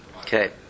Okay